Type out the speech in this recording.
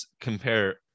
compare